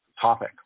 topic